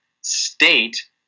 state